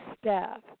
staff